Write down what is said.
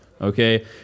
Okay